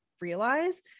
realize